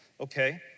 Okay